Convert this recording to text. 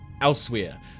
Elsewhere